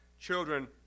children